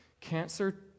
Cancer